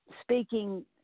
speaking